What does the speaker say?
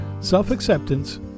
self-acceptance